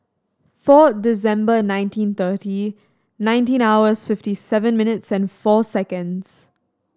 four December nineteen thirty nineteen hours fifty seven minutes and four seconds